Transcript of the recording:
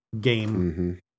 game